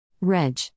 Reg